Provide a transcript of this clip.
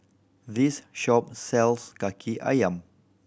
this shop sells Kaki Ayam